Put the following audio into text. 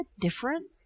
different